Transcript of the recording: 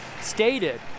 stated